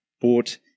bought